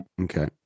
Okay